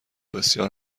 بسیار